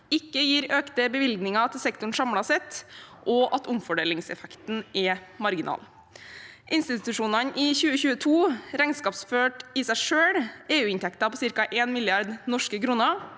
ikke gir økte bevilgninger til sektoren samlet sett, og at omfordelingseffekten er marginal. Institusjonene i 2022 regnskapsførte i seg selv EU-inntekter på ca. 1 mrd. norske kroner,